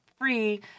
free